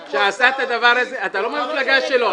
שעשה את הדבר הזה --- אין כמו שר הפנים --- אתה לא מהמפלגה שלו,